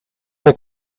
fue